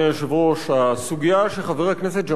הסוגיה שחבר הכנסת ג'מאל זחאלקה העלה